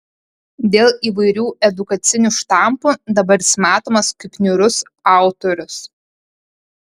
dėl įvairių edukacinių štampų dabar jis matomas kaip niūrus autorius